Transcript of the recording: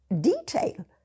detail